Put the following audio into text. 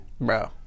Bro